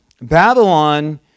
Babylon